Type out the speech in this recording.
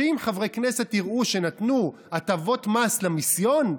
ואם חברי כנסת יראו שנתנו הטבות מס למיסיון,